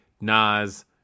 Nas